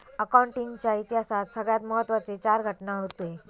accounting च्या इतिहासात सगळ्यात महत्त्वाचे चार घटना हूते